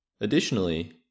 Additionally